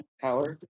power